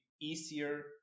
easier